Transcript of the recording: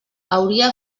hauria